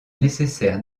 nécessaire